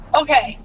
okay